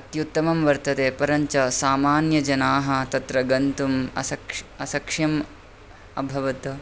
अत्युत्तमम् वर्तते परञ्च सामान्य जनाः तत्र गन्तुम् अशक्श् अशक्यम् अभवत्